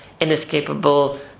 inescapable